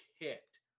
kicked